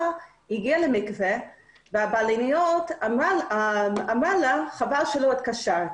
היא הגיעה למקווה והבלנית אמרה לה: חבל שלא התקשרת.